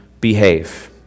behave